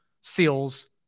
Seals